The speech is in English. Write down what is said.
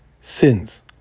sins